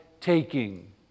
taking